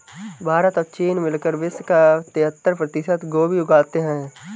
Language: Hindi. भारत और चीन मिलकर विश्व का तिहत्तर प्रतिशत गोभी उगाते हैं